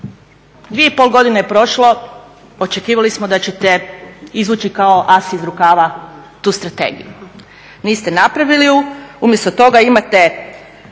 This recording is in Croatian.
2 i pol godine je prošlo. Očekivali smo da ćete izvući kao as iz rukava tu strategiju. Niste napravili ju. Umjesto toga imate